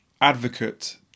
advocate